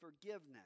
forgiveness